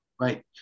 Right